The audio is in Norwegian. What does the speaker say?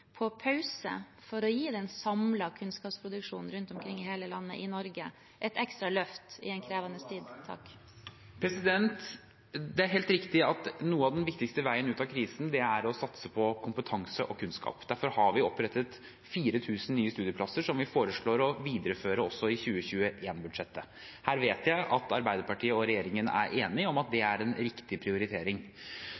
på pause for å gi den samlede kunnskapsproduksjonen rundt omkring i hele Norge et ekstra løft i en krevende tid? Det er helt riktig at noe av den viktigste veien ut av krisen er å satse på kompetanse og kunnskap. Derfor har vi opprettet 4 000 nye studieplasser, som vi foreslår å videreføre også i 2021-budsjettet. Dette vet jeg at Arbeiderpartiet og regjeringen er enige om er en riktig prioritering. Så er det